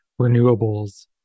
renewables